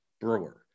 Brewer